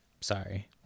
Sorry